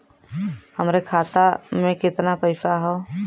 हमरे खाता में कितना पईसा हौ?